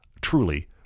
truly